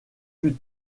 plus